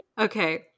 okay